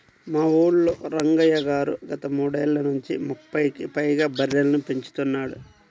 మా ఊల్లో రంగయ్య గారు గత మూడేళ్ళ నుంచి ముప్పైకి పైగా బర్రెలని పెంచుతున్నాడు